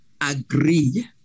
agree